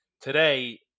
today